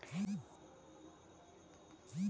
Adam Smith केँ अर्थशास्त्र केर जनक कहल जाइ छै